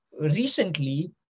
recently